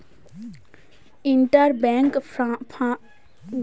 Inter bank fund transfer কি?